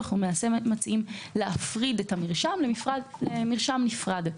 אנחנו מציעים להפריד את המרשם למרשם נפרד.